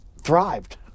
thrived